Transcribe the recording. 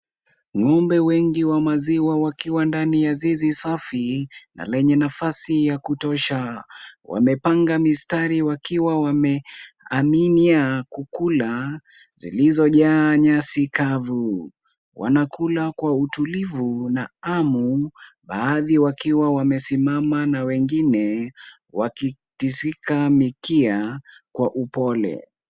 Ng'ombe wengi wa maziwa wakiwa ndani ya zizi safi na lenye nafasi ya kutosha. Wamepanga mistari wakiwa wameaminia kukula zilizo jaa nyasi kavu. Wanakula kwa utulivu na hamu baadhi wakiwa wamesimama na wengine wakitingiza mikia kwa upole.